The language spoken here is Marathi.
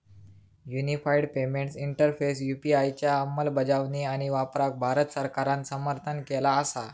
युनिफाइड पेमेंट्स इंटरफेस यू.पी.आय च्या अंमलबजावणी आणि वापराक भारत सरकारान समर्थन केला असा